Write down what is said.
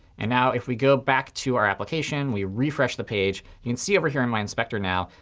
and now if we go back to our application, we refresh the page, you can see over here in my inspector now,